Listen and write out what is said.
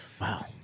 Wow